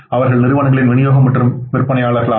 அவர்கள் நிறுவனங்களின் விநியோகம் மற்றும் விற்பனையாளர்கள் ஆவர்